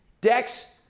Dex